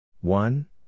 one